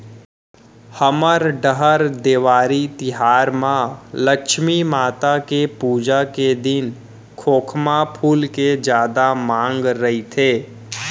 हमर डहर देवारी तिहार म लक्छमी माता के पूजा के दिन खोखमा फूल के जादा मांग रइथे